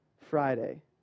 Friday